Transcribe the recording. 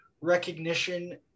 recognition